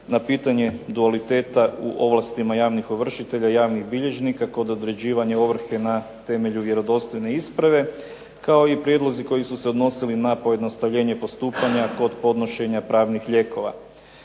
na pitanje dualiteta u ovlastima javnih ovršitelja i javnih bilježnika kod određivanja ovrhe na temelju vjerodostojne isprave kao i prijedlozi koji su se odnosili na pojednostavljenje postupanja kod podnošenja pravnih lijekova.